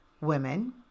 women